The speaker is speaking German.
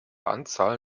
anzahl